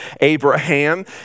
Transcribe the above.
Abraham